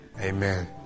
Amen